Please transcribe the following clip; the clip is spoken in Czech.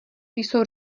jsou